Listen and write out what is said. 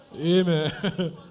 Amen